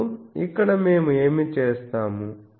ఇప్పుడు ఇక్కడ మేము ఏమి చేస్తాము